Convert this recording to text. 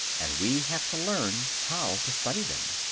and we have to learn how to study them.